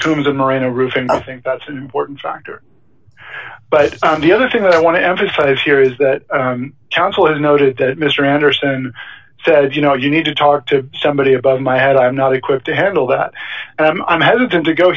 coombs and miranda roofing i think that's an important factor but the other thing that i want to emphasize here is that counsel has noted that mr henderson said you know you need to talk to somebody about my head i'm not equipped to handle that and i'm hesitant to go